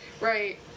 Right